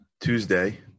tuesday